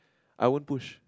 I won't push